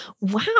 Wow